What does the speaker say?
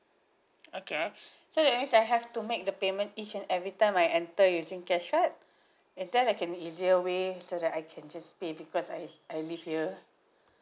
okay so that means I have to make the payment each and every time I enter using cash card is there like an easier way so that I can just pay because I I live here